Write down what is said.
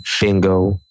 Bingo